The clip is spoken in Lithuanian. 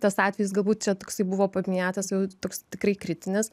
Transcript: tas atvejis galbūt čia toksai buvo paminėtas jau toks tikrai kritinis